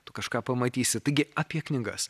tu kažką pamatysi taigi apie knygas